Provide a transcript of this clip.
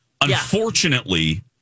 Unfortunately